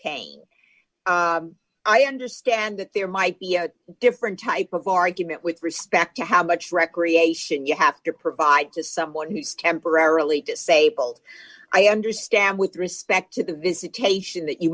pain i understand that there might be a different type of argument with respect to how much recreation you have to provide to someone who's temporarily disabled i understand with respect to the visitation that you